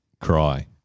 cry